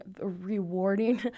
rewarding